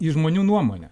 į žmonių nuomonę